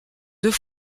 deux